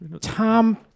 Tom